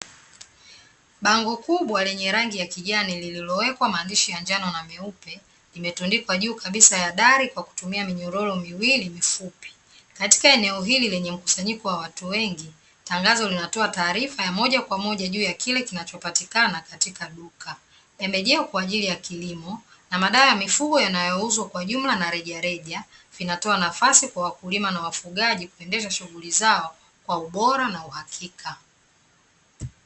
Bango kubwa lenye rangi ya kijani lililowekwa maandishi ya njano na meupe, limetundikwa kabisa juu ya dari kwa kutumia minyororo miwili mifupi, katika eneo hili lenye mkusanyiko wa watu wengi, tangazo linatoa taarifa ya moja kwa moja juu ya kile kinachopatikana katika duka, pembejeo kwaajili ya kilimo na madawa ya mifugo yanayouzwa kwa jumla na rejareja, vinatoa nafasi kwa wakulima na wafugaji kuendesha shughuli zao kwa ubora na uhakika.